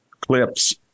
clips